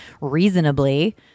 reasonably